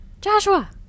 Joshua